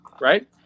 right